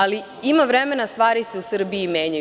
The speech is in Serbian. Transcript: Ali, ima vremena, stvari se u Srbiji menjaju.